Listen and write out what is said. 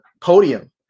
podium